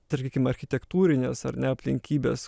tarkim architektūrines ar ne aplinkybes